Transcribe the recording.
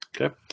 okay